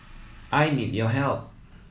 I need your help